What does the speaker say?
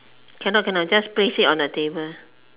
cannot cannot just place it on the table